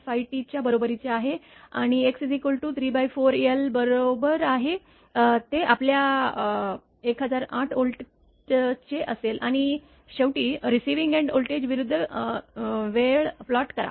5 t च्या बरोबरीचे आहे आणि x 34l बरोबर आहे ते आपल्या 1008 व्होल्टचे असेल आणि शेवटी रीसिविंग एंड व्होल्टेज विरूद्ध वेळ प्लॉट करा